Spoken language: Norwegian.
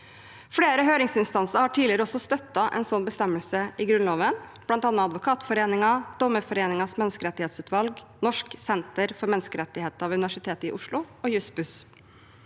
Flere høringsinstanser har tidligere også støttet en slik bestemmelse i Grunnloven, bl.a. Advokatforeningen, Dommerforeningens menneskerettighetsutvalg, Norsk senter for menneskerettigheter ved Universitetet i Oslo og Jussbuss.